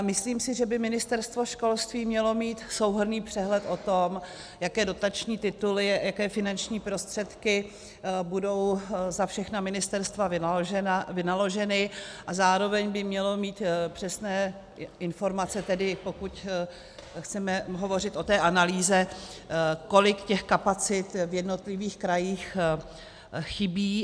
Myslím si, že by Ministerstvo školství mělo mít souhrnný přehled o tom, jaké dotační tituly, jaké finanční prostředky budou za všechna ministerstva vynaloženy, a zároveň by mělo mít přesné informace, pokud chceme hovořit o té analýze, kolik těch kapacit v jednotlivých krajích chybí.